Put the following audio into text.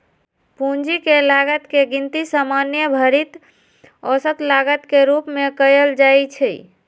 पूंजी के लागत के गिनती सामान्य भारित औसत लागत के रूप में कयल जाइ छइ